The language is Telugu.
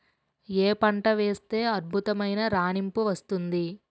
ఏ పంట వేస్తే అద్భుతమైన రాణింపు వస్తుంది?